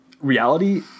reality